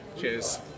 Cheers